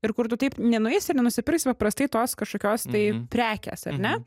ir kur tu taip nenueisi ir nenusipirksi paprastai tos kažkokios tai prekės ar ne